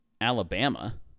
Alabama